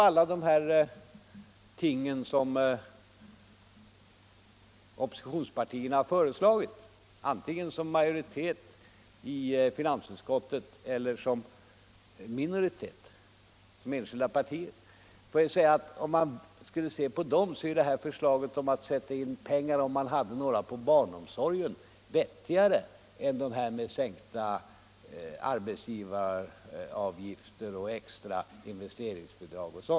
Av de förslag som oppositionspartierna framfört, antingen som majoritet i finansutskottet eller som minoritet för enskilda partier, är förslaget att sätta in pengar, om man hade några, på barnomsorgen vettigare än förslagen om sänkta arbetsgivaravgifter och extra investeringsbidrag.